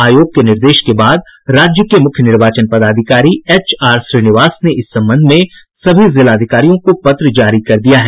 आयोग के निर्देश के बाद राज्य के मुख्य निर्वाचन पदाधिकारी एचआर श्रीनिवास ने इस संबंध में सभी जिलाधिकारियों को पत्र जारी कर दिया है